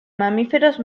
mamíferos